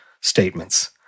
statements